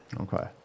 Okay